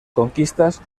conquistas